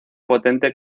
potente